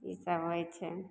ईसब होइ छै